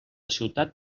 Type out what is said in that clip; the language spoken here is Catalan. ciutat